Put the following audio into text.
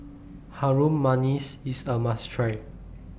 Harum Manis IS A must Try